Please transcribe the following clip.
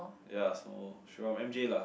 ya so she from m_j lah